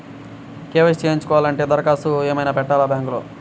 KYC చేయించుకోవాలి అంటే దరఖాస్తు ఏమయినా పెట్టాలా బ్యాంకులో?